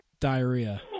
diarrhea